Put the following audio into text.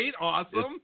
Awesome